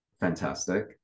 fantastic